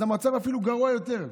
אז המצב אפילו גרוע יותר.